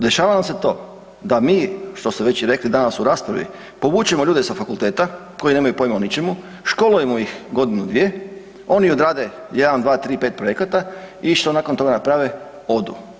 Dešava nam se to da mi, što ste već i rekli danas u raspravi, povučemo ljude sa fakulteta koji nemaju pojma o ničemu, školujemo ih godinu dvije, oni odrade 1, 2, 3, 5 projekata i što nakon toga naprave, odu.